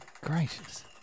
gracious